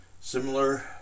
similar